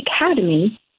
Academy